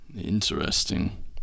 Interesting